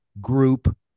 group